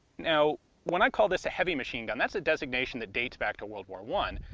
now when i call this a heavy machine gun, that's a designation that dates back to world war one,